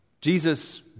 Jesus